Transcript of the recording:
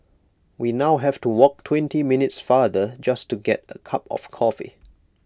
we now have to walk twenty minutes farther just to get A cup of coffee